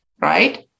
right